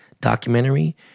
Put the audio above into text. documentary